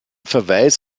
verweis